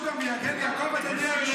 אפשר איזה משהו גם מיגל יעקב, אדוני היושב-ראש?